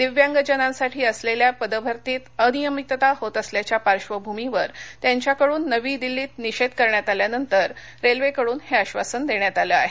दिव्यांगजनांसाठी असलेल्या पदभरतीत अनियमितता होत असल्याच्या पार्श्वभूमीवर त्यांच्याकडून नवी दिल्लीत निषेध करण्यात आल्यानंतर रेल्वेकडून हे आश्वासन देण्यात आलं आहे